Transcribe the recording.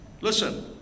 listen